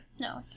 No